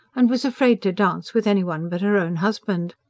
and was afraid to dance with any one but her own husband.